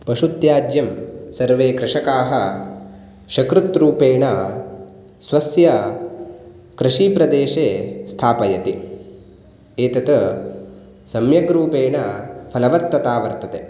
पशुत्याज्यं सर्वे कृषकाः सकृत् रूपेण स्वस्य कृषिप्रदेशे स्थापयति एतत् सम्यक् रूपेण फलवत्ता वर्तते